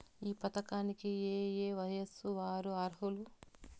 ఈ పథకానికి ఏయే వయస్సు వారు అర్హులు?